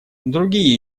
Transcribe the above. другие